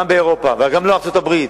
לא באירופה וגם לא ארצות-הברית,